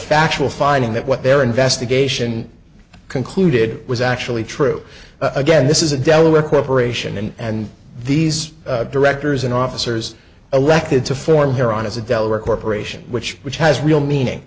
factual finding that what their investigation concluded was actually true again this is a delaware corporation and these directors and officers elected to form here on as a delaware corporation which which has real meaning